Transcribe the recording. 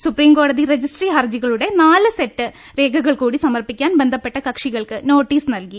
സുപ്രീംകോടതി രജിസ്ട്രി ഹർജികളുടെ നാല്സെറ്റ് രേഖ കൾകൂടി സമർപ്പിക്കാൻ ബന്ധപ്പെട്ട കക്ഷികൾക്ക് നോട്ടീസ് നൽകി